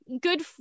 good